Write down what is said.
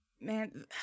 Man